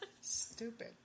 Stupid